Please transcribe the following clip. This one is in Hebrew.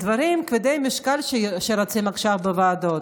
אלה דברים כבדי משקל שרצים עכשיו בוועדות.